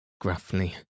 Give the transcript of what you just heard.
gruffly